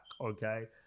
okay